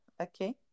okay